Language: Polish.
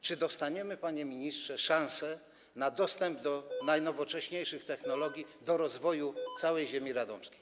Czy dostaniemy, panie ministrze, szansę na dostęp do najnowocześniejszych technologii, na rozwój całej ziemi radomskiej?